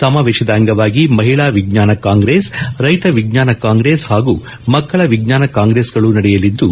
ಸಮಾವೇಶದ ಅಂಗವಾಗಿ ಮಹಿಳಾ ವಿಜ್ಞಾನ ಕಾಂಗ್ರೆಸ್ ರೈತ ವಿಜ್ಞಾನ ಕಾಂಗ್ರೆಸ್ ಹಾಗೂ ಮಕ್ಕಳ ವಿಜ್ಞಾನ ಕಾಂಗ್ರೆಸ್ಗಳೂ ನಡೆಯಲಿದ್ದು